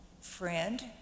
Friend